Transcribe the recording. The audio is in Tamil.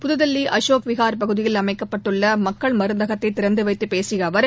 புதுதில்லி அசோக் விகார் பகுதியில் அமைக்கப்பட்டுள்ள மக்கள் மருந்தகத்தை திறந்து வைத்து பேசிய அவர்